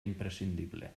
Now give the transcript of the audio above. imprescindible